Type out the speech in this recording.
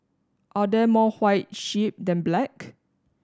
are there more white sheep than black